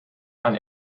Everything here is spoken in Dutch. aan